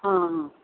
ହଁ ହଁ